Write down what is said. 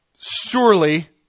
surely